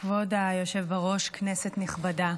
כבוד היושב בראש, כנסת נכבדה,